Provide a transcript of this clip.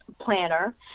planner